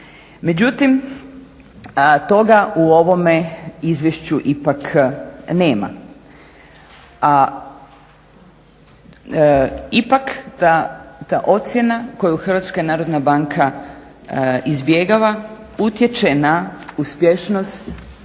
Međutim toga u ovome izvješću ipak nema. Ipak ta ocjena koja Hrvatska narodna banka izbjegava utječe na uspješnost